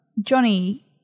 Johnny